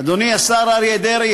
אדוני השר אריה דרעי,